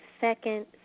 second